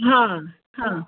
हां हां